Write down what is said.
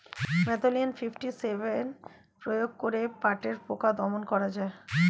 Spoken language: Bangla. ম্যালাথিয়ন ফিফটি সেভেন প্রয়োগ করে পাটের পোকা দমন করা যায়?